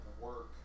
work